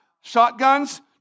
shotguns